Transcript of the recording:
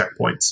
checkpoints